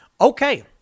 Okay